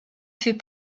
fait